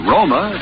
Roma